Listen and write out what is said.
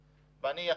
לקרות.